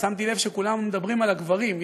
שמתי לב שכולם מדברים על הגברים,